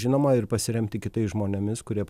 žinoma ir pasiremti kitais žmonėmis kurie